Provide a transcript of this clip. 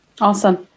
Awesome